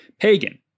pagan